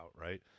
right